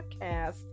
podcast